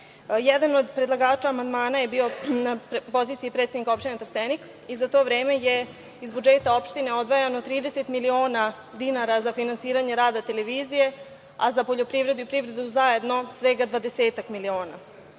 Jedan od predlagača amandmana je bio na poziciji predsednika opštine Trstenik i za to vreme je iz budžeta opštine odvajano 30 miliona dinara za finansiranje rada televizije, a za poljoprivredu i privredu zajedno svega 20-ak miliona,